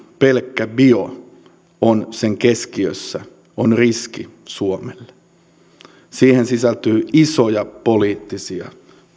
pelkkä bio on sen keskiössä on riski suomelle siihen sisältyy isoja poliittisia